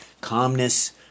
Calmness